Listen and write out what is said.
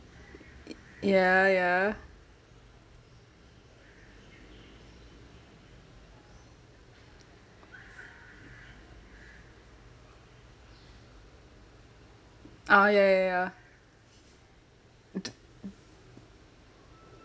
ya ya orh ya ya yah